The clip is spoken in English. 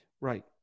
right